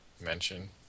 mention